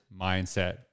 Mindset